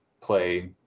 play